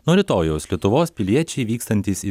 nuo rytojaus lietuvos piliečiai vykstantys į